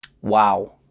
Wow